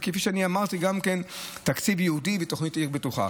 כפי שאמרתי, גם תקציב ייעודי ותוכנית "עיר בטוחה".